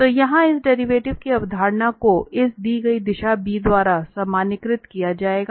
तो यहाँ इस डेरिवेटिव की अवधारणा को इस दी गई दिशा b द्वारा सामान्यीकृत किया जाएगा